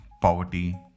poverty